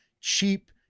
cheap